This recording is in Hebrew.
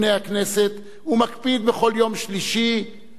ומקפיד בכל יום שלישי לומר את דברו,